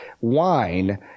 Wine